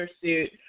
suit